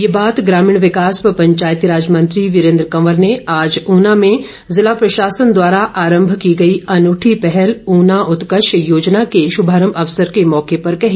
ये बात ग्रामीण विकास व पंचायतीराज मंत्री वीरेन्द्र कंवर ने आज ऊना में ज़िला प्रशासन द्वारा आरंभ की गई अनूठी पहल ऊना उत्कर्ष योजना के शुभारंभ के मौके पर कही